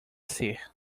ser